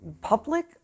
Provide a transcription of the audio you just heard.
public